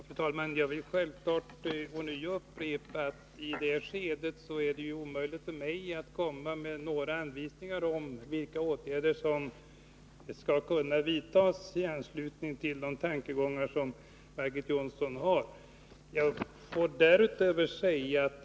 Fru talman! Jag vill självfallet ånyo upprepa att det i detta skede är omöjligt för mig att ange vilka åtgärder som skall kunna vidtas i anslutning till de tankegångar som Margit Jonsson har.